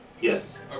Yes